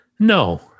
no